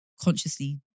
consciously